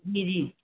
جی جی